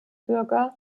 bürger